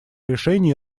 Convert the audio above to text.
решений